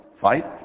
fight